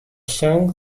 song